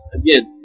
again